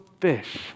fish